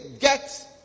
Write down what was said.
get